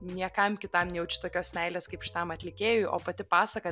niekam kitam nejaučiu tokios meilės kaip šitam atlikėjui o pati pasaka